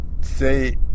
say